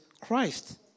Christ